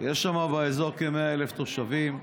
יש שם באזור כ-100,000 תושבים,